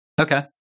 Okay